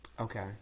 Okay